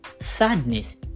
sadness